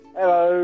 Hello